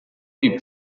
hip